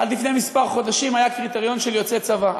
עד לפני כמה חודשים היה הקריטריון של יוצאי צבא,